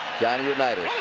johnny unitas.